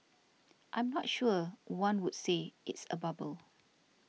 I'm not sure one would say it's a bubble